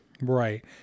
Right